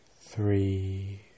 three